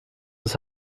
des